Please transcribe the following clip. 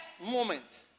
moment